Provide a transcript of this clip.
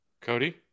Cody